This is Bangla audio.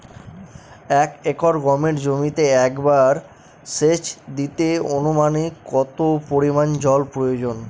এক একর গমের জমিতে একবার শেচ দিতে অনুমানিক কত পরিমান জল প্রয়োজন?